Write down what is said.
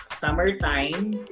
summertime